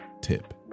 tip